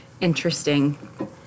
interesting